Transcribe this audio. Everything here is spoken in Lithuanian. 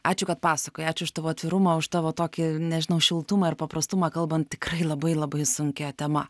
ačiū kad pasakoji ačiū už tavo atvirumą už tavo tokį nežinau šiltumą ir paprastumą kalbant tikrai labai labai sunkia tema